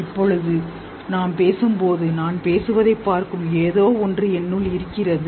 இப்போது நான் பேசும்போது நான் பேசுவதைப் பார்க்கும் ஏதோ ஒன்று என்னுள் இருக்கிறது